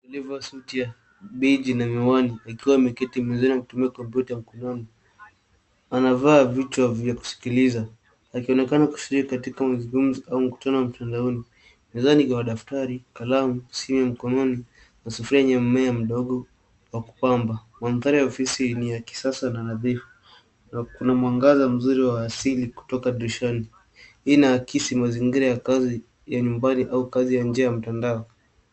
Amevaa suti ya beige na miwani akiwa amekiti mzee akitumia kompyuta mkononi. Anavaa vichwa vya kusikiliza akionekana kushiriki katika mazungumzo au mkutano wa mtamdaoni. Mezani kuna daftari, kalamu, simu ya mkononi na sufuria yenye mmea mdogo wa kupamba. Mandhari ya ofisi ni ya kisasa na nadhifu na kuna mwangaza wa asili kutoka dirishani. Hii inaaisi mazingira ya kazi ya nyumvani au kazi ya njia ya matandao.